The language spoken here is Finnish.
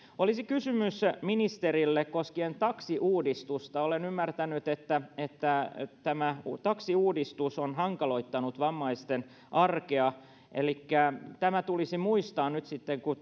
olisi kysymys ministerille koskien taksiuudistusta olen ymmärtänyt että että tämä taksiuudistus on hankaloittanut vammaisten arkea elikkä tämä tulisi muistaa nyt sitten kun